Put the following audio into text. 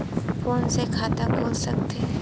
Phone से खाता खुल सकथे?